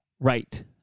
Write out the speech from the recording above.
right